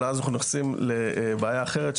אבל אז אנחנו נכנסים לבעיה אחרת,